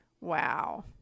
wow